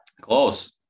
close